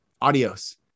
adios